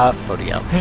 ah phot-io.